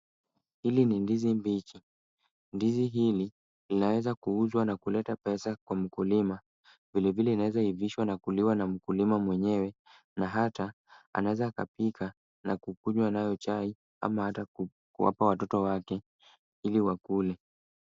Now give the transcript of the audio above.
Hili ni ndizi mbichi. Ndizi hili laweza kuuzwa na kuleta pesa kwa mkulima. Vilevile inaeza ivishwa na kuliwa na mkulima mwenyewe, na hata anaeza akapika na kukunywa nayo chai, ama ata kuwapa watoto wake ili wakule.